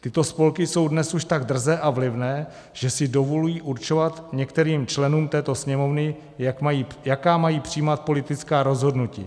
Tyto spolky jsou dnes už tak drzé a vlivné, že si dovolují určovat některým členům této Sněmovny, jaká mají přijímat politická rozhodnutí.